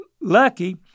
lucky